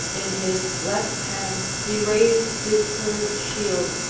in his left hand he raised his curved shield,